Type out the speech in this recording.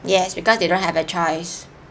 yes because they don't have a choice